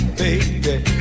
baby